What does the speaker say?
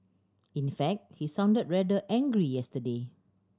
in fact he sounded rather angry yesterday